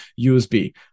USB